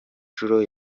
nshuro